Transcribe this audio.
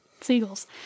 seagulls